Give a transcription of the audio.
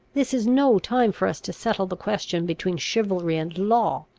this is no time for us to settle the question between chivalry and law.